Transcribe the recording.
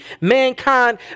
mankind